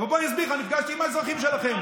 אבל בוא אני אסביר לך: נפגשתי עם האזרחים שלכם.